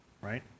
Right